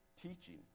teaching